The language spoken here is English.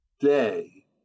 day